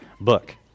book